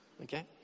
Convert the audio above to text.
Okay